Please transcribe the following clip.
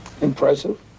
Impressive